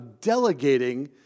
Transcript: delegating